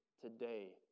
today